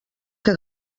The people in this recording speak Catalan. que